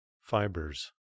Fibers